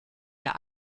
der